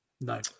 No